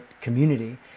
community